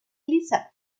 liza